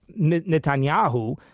Netanyahu